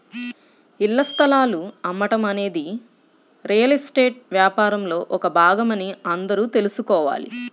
ఇళ్ల స్థలాలు అమ్మటం అనేది రియల్ ఎస్టేట్ వ్యాపారంలో ఒక భాగమని అందరూ తెల్సుకోవాలి